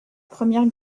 première